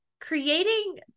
creating